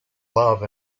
love